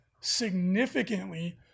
significantly